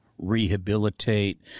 rehabilitate